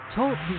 Talk